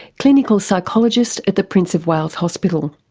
clinical psychologist at the prince of wales hospital.